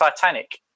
Titanic